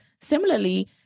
Similarly